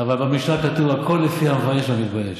אבל במשנה כתוב: הכול לפי המבייש והמתבייש.